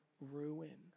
ruin